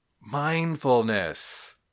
mindfulness